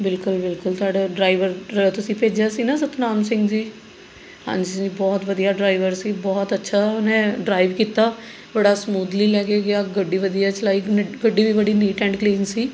ਬਿਲਕੁਲ ਬਿਲਕੁਲ ਤੁਹਾਡਾ ਡਰਾਈਵਰ ਤੁਸੀਂ ਭੇਜਿਆ ਸੀ ਨਾ ਸਤਿਨਾਮ ਸਿੰਘ ਜੀ ਹਾਂਜੀ ਬਹੁਤ ਵਧੀਆ ਡਰਾਈਵਰ ਸੀ ਬਹੁਤ ਅੱਛਾ ਉਹਨੇ ਡਰਾਈਵ ਕੀਤਾ ਬੜਾ ਸਮੂਦਲੀ ਲੈ ਕੇ ਗਿਆ ਗੱਡੀ ਵਧੀਆ ਚਲਾਈ ਉਹਨੇ ਗੱਡੀ ਵੀ ਬੜੀ ਨੀਟ ਐਂਡ ਕਲੀਨ ਸੀ